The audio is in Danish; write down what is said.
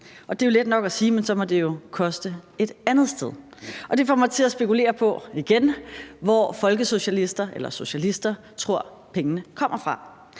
Det er jo let nok at sige, men så må det jo koste et andet sted. Og det får mig til at spekulere på – igen – hvor folkesocialister eller socialister tror pengene kommer fra.